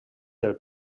del